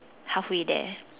halfway there